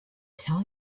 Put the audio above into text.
tell